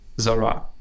Zara